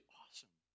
awesome